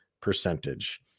percentage